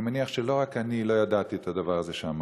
אני מניח שלא רק אני לא ידעתי את הדבר הזה שאמרת.